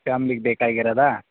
ಫ್ಯಾಮ್ಲಿಗೆ ಬೇಕಾಗಿರೋದಾ